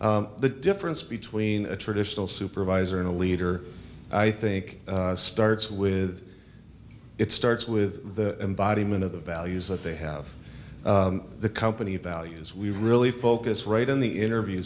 d the difference between a traditional supervisor and a leader i think starts with it starts with the embodiment of the values that they have the company values we really focus right on the interview